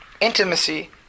intimacy